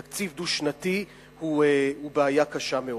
תקציב דו-שנתי הוא בעיה קשה מאוד.